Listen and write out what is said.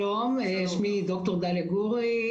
שלום, שמי ד"ר דליה גורי.